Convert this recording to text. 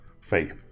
faith